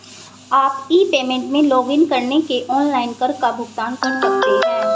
आप e payment में login करके ऑनलाइन कर का भुगतान कर सकते हैं